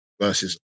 versus